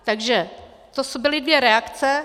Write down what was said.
Takže to byly dvě reakce.